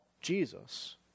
Jesus